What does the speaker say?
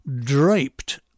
draped